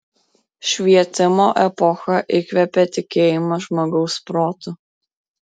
švietimo epocha įkvėpė tikėjimą žmogaus protu